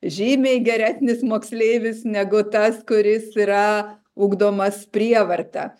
žymiai geresnis moksleivis negu tas kuris yra ugdomas prievarta